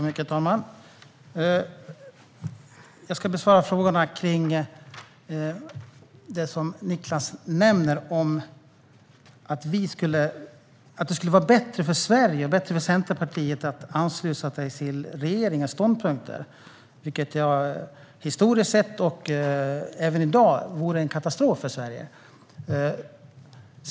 Herr talman! Jag ska kommentera Niklas påstående att det skulle vara bättre för Centerpartiet att ansluta sig till regeringens ståndpunkter, vilket historiskt sett och även i dag vore en katastrof för Sverige.